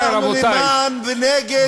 אנחנו נגד דיכוי.